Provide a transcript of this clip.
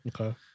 Okay